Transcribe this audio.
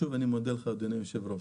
אני שוב מודה לך, אדוני היושב-ראש.